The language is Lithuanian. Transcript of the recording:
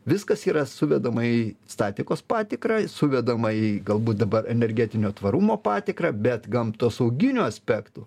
viskas yra suvedama į statikos patikrą suvedama į galbūt dabar energetinio tvarumo patikrą bet gamtosauginiu aspektu